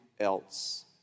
else